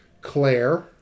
Claire